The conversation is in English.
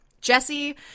Jesse